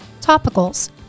topicals